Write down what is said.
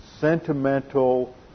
sentimental